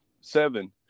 seven